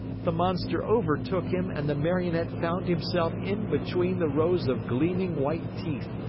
the monster overtook him and the marionette found himself in between the rows of gleaming white teeth.